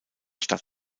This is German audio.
stadt